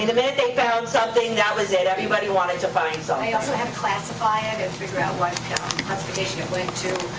and minute they found something, that was it. everybody wanted to find something. they also had to classify it and figure out what yeah classification it went to.